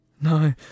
No